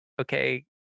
okay